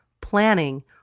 planning